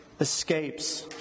escapes